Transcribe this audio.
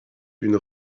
une